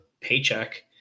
paycheck